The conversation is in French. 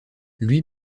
lui